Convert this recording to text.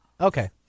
Okay